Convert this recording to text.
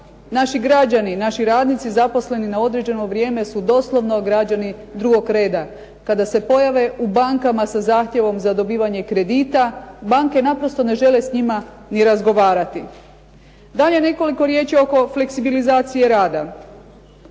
naši građani, naši radnici zaposleni na određeno vrijeme su doslovno građani drugog reda. Kada se pojave u bankama sa zahtjevom za dobivanje kredita banke naprosto ne žele s njima ni razgovarati. Dalje nekoliko riječi oko fleksibilizacije rada.